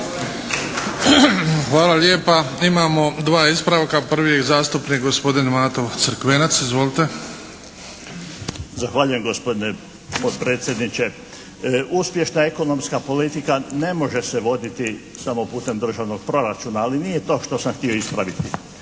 Hvala lijepa. Imamo dva ispravka. Prvi zastupnik gospodin Mato Crkvenac. Izvolite. **Crkvenac, Mato (SDP)** Zahvaljujem gospodine potpredsjedniče. Uspješna ekonomska politika ne može se voditi samo putem državnog proračuna, ali nije to što sam htio ispraviti.